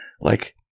Like-